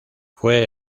fue